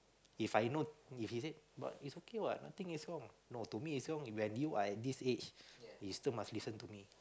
If I know if he said but is okay what nothing is wrong no to me is wrong when you are at this age you still must listen to me